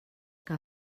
que